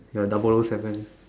ya double o seven